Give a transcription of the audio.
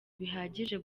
bihagije